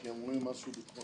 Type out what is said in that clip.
כי הם אומרים שיש משהו ביטחוני.